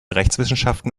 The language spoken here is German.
rechtswissenschaften